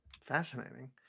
Fascinating